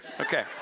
Okay